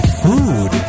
food